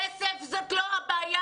כסף זאת לא הבעיה.